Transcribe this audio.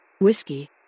Whiskey